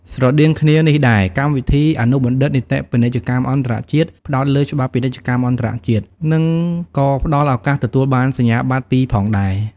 ស្រដៀងគ្នានេះដែរកម្មវិធីអនុបណ្ឌិតនីតិពាណិជ្ជកម្មអន្តរជាតិ ផ្តោតលើច្បាប់ពាណិជ្ជកម្មអន្តរជាតិ និងក៏ផ្តល់ឱកាសទទួលបានសញ្ញាបត្រពីរផងដែរ។